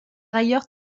ailleurs